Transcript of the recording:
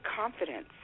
confidence